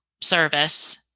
service